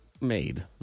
made